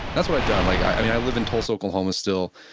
that's what i'd done. like i live in tulsa, oklahoma still.